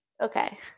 Okay